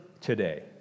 today